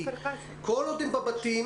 כל עוד הם בבתים,